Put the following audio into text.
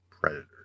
Predator